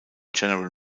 general